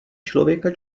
člověka